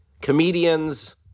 Comedians